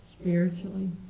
spiritually